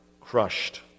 crushed